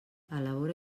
elabora